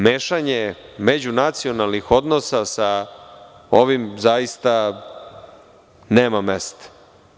Mešanje međunacionalnih odnosa sa ovim zaista, nema mesta.